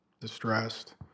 distressed